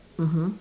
mmhmm